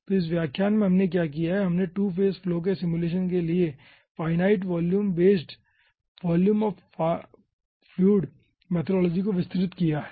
तो इस व्याख्यान में हमने क्या किया है हमने 2 फेज फ्लो के सिमुलेशन के लिए finite volume based volume of fluid methodology को विस्तृत किया है